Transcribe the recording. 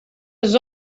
his